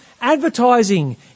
Advertising